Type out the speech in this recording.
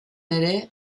ere